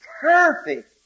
perfect